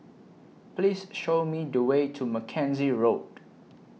Please Show Me The Way to Mackenzie Road